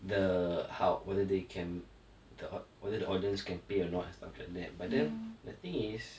the how whether they can the au~ whether the audience can pay or not and stuff like that but then the thing is